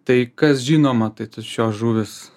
tai kas žinoma kad šios žuvys